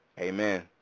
Amen